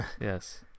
yes